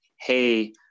hey